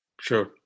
Sure